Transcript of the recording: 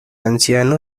anciano